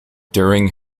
during